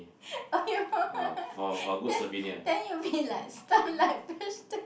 then then you be like stunned like vegetable